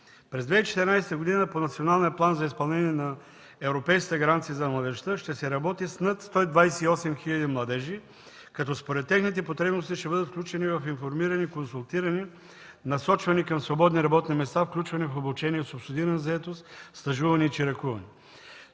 През 2014 г. по Националния план за изпълнение на Европейската гаранция за младежта ще се работи с над 128 хиляди младежи, като според техните потребности ще бъдат информирани, консултирани и насочвани към свободни работни места, включвани в обучение, субсидирана заетост, стажуване и чиракуване.